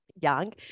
young